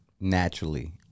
naturally